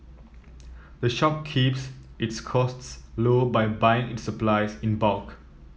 the shop keeps its costs low by buying its supplies in bulk